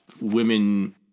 women